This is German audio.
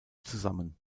zusammen